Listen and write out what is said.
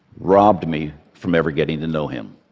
robbed me from ever getting to know him.